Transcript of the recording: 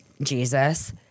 Jesus